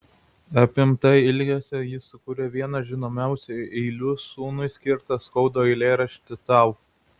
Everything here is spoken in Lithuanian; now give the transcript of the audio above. apimta ilgesio ji sukūrė vienas žinomiausių eilių sūnui skirtą skaudų eilėraštį tau